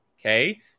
Okay